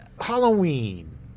Halloween